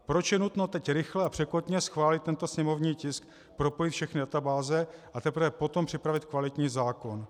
Proč je nutno teď rychle a překotně schválit tento sněmovní tisk, propojit všechny databáze, a teprve potom připravit kvalitní zákon?